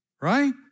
right